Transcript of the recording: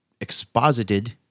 exposited